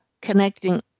connecting